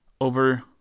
Over